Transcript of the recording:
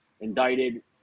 indicted